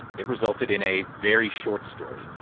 it resulted in a very short story,